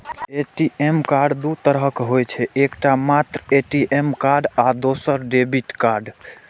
ATM card दू तरहक होइ छै, एकटा मात्र ए.टी.एम कार्ड आ दोसर डेबिट कार्ड